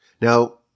Now